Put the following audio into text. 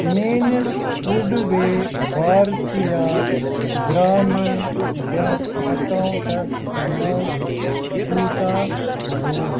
میٛٲنِس پُڈویےٚ بھارتِیار گرٛامیٖن بیٚنٛک اکاوُنٹَٕس منٛز کوٗتاہ روٗد